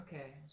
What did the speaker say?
Okay